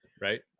Right